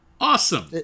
awesome